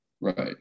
right